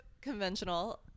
conventional